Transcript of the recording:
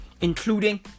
including